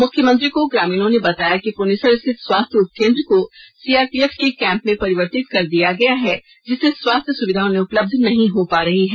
मुख्यमंत्री को ग्रामीणों ने बताया कि पुनिसर स्थित स्वास्थ्य उपकेंद्र को सीआरपीएफ के कैम्प में परिवर्तित कर दिया गया है जिससे स्वास्थ्य सुविधा उन्हें उपलब्ध नहीं हो पा रही है